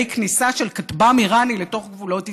כניסה של כטב"ם איראני לתוך גבולות ישראל.